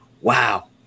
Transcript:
wow